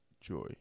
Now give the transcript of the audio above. joy